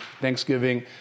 Thanksgiving